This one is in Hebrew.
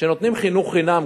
שנותנים חינוך חינם,